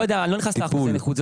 לא נכנס לאחוזי נכות,